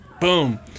Boom